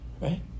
right